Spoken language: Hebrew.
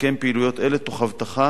לקיים פעילויות אלה תוך הבטחה